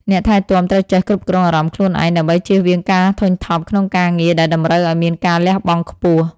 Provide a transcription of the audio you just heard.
អ្នកថែទាំត្រូវចេះគ្រប់គ្រងអារម្មណ៍ខ្លួនឯង ដើម្បីចៀសវាងការធុញថប់ក្នុងការងារដែលតម្រូវឱ្យមានការលះបង់ខ្ពស់។